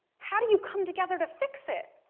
how do you come together to fix it,